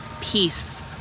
Peace